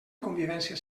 convivència